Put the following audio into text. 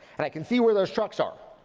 and i can see where those trucks are.